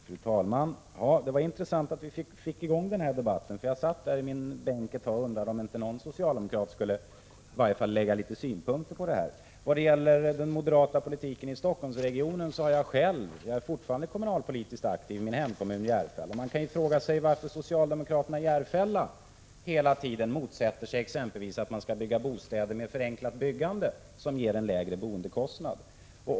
Fru talman! Det var intressant att vi fick i gång denna debatt. Jag satt där i min bänk och undrade om inte någon socialdemokrat skulle anlägga synpunkter på detta. Vad gäller den moderata politiken i Stockholmsregionen har jag själv — jag är fortfarande kommunalpolitiskt aktiv i min hemkommun Järfälla — frågat varför socialdemokraterna i Järfälla hela tiden motsätter sig exempelvis att man bygger bostäder med förenklat byggande, som skulle ge lägre boendekostnader.